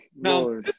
Now